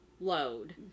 load